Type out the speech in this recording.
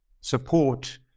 support